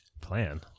Plan